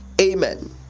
amen